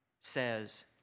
says